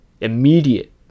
immediate